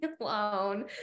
alone